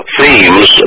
themes